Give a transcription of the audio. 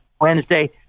Wednesday